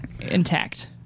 intact